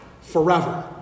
forever